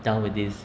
down with this